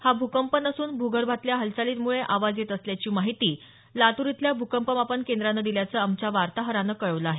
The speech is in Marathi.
हा भूकंप नसून भूगर्भातल्या हालचालींमुळे हा आवाज येत असल्याची माहिती लातूर इथल्या भूकंपमापन केंद्रानं दिल्याचं आमच्या वार्ताहरानं कळवलं आहे